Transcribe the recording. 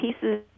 pieces